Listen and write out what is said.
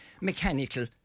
mechanical